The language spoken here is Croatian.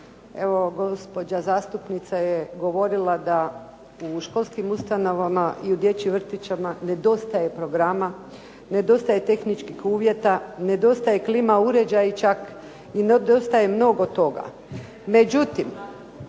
Evo gospođa zastupnica je govorila da u školskim ustanovama i vrtićima nedostaje programa, nedostaje tehničkih uvjeta, nedostaje klima uređaji čak i nedostaje mnogo toga.